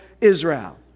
Israel